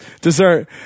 dessert